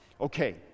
Okay